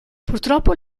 purtroppo